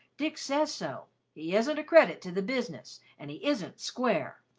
dick says so. he isn't a credit to the business, and he isn't square.